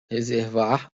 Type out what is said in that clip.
reservar